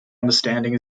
understanding